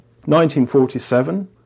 1947